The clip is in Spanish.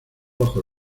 bajo